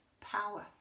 power